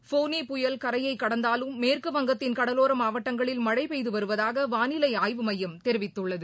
ஃபோனி புயல் கரையைகடந்தாலும் மேற்குவங்கத்தின் கடலோரமாவட்டங்களில் மழைபெய்துவருவதாகவானிலைஆய்வு மையம் தெரிவித்துள்ளது